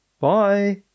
Bye